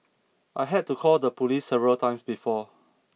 I had to call the police several times before